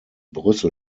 brüssel